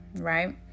Right